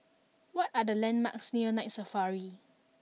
what are the landmarks near Night Safari